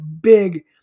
big